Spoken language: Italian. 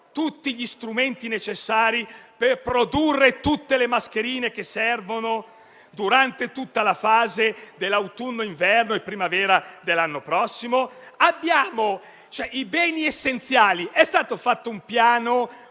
tutti gli strumenti necessari per produrre tutte le mascherine che servono durante tutta la fase dell'autunno-inverno e della primavera dell'anno prossimo? Sono beni essenziali. È stato fatto un piano